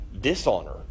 dishonor